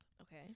Okay